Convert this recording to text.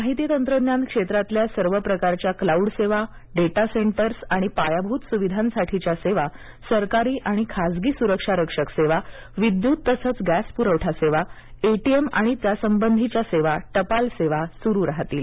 माहिती तंत्रज्ञान क्षेत्रातल्या सर्व प्रकारच्या क्लाऊड सेवा डेटा सेंटर्स आणि पायाभूत सुविधांसाठीच्या सेवा सरकारी आणि खासगी सुरक्षारक्षक सेवा विद्युत तसंच गँसपुरवठा सेवा एटीएम आणि तत्संबंधीच्या सेवा टपालसेवा सुरू राहतील